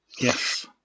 yes